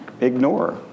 ignore